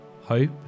hope